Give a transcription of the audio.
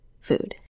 food